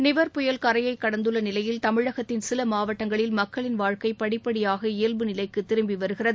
நிவர் புயல் கரையை கடந்துள்ள நிலையில் தமிழகத்தின் சில மாவட்டங்களில் மக்களின் வாழ்க்கை படிப்படியாக இயல்பு நிலைக்கு திரும்பி வருகிறது